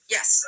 Yes